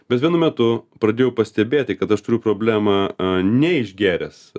bet vienu metu pradėjau pastebėti kad aš turiu problemą neišgėręs